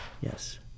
Yes